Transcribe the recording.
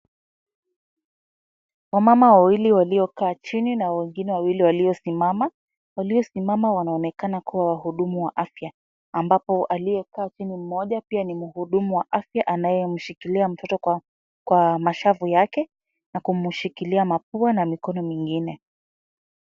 Wamama wawili waliokaa chini na wengine wawili walio simama. Walio simama wanaonekana kuwa wahudumu wa afya ambapo aliyekaa chini mmoja pia ni mhudumu wa afya anaye mshikilia mtoto kwa mashavu yake, na kumshikilia mapua na mkono mwingine.